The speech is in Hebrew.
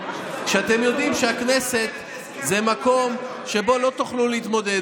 כשאתם יודעים שהכנסת זה מקום שבו לא תוכלו להתמודד.